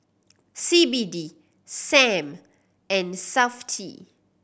C B D Sam and Safti